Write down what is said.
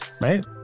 right